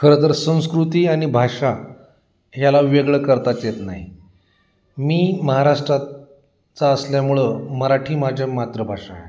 खरंंतर संस्कृती आणि भाषा ह्याला वेगळं करताच येत नाही मी महाराष्ट्रात चा असल्यामुळं मराठी माझी मातृभाषा